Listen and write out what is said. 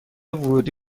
ورودی